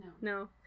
No